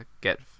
get